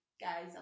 guys